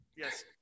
Yes